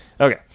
Okay